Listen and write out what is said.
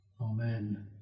Amen